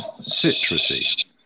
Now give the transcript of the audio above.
citrusy